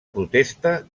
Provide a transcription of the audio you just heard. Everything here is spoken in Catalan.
protesta